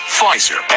Pfizer